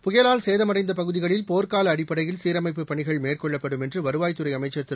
புயலால் சேதமடைந்த பகுதிகளில் போ்கால அடிப்படையில் சீரமைப்புப் பணிகள் மேற்கொள்ளப்படும் என்று வருவாய்த் துறை அமைச்சர் திரு